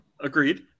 Agreed